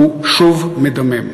והוא שוב מדמם.